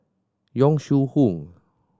Yong Shu Hoong